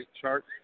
chart